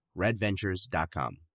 redventures.com